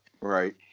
Right